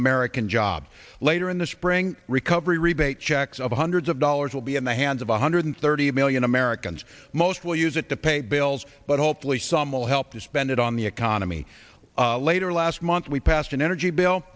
american jobs later in the spring recovery rebate checks of hundreds of dollars will be in the hands of one hundred thirty million americans most will use it to pay bills but hopefully some will help to spend it on the economy later last month we passed an energy bill